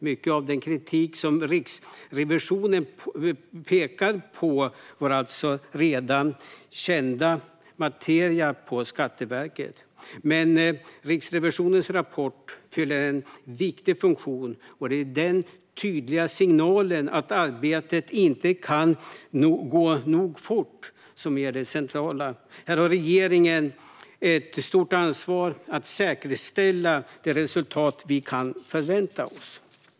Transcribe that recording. Mycket av den kritik som Riksrevisionen pekar på var alltså redan känd materia på Skatteverket. Men Riksrevisionens rapport fyller en viktig funktion. Det är den tydliga signalen att arbetet inte kan gå fort nog som är det centrala. Här har regeringen ett stort ansvar för att säkerställa det resultat vi kan förvänta oss.